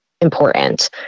important